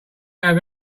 have